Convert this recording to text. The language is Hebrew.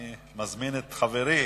אני מזמין את חברי,